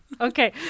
Okay